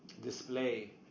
display